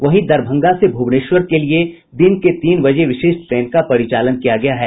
वहीं दरभंगा से भूवनेश्वर के लिए दिन के तीन बजे विशेष ट्रेन का परिचालन किया गया है